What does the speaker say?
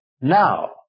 Now